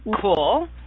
Cool